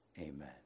Amen